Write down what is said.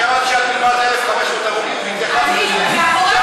אני אמרתי שאת, 1,500 הרוגים, התייחסתי לזה.